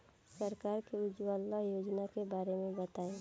सरकार के उज्जवला योजना के बारे में बताईं?